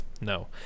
no